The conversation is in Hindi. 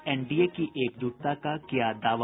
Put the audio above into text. एनडीए की एकजुटता का किया दावा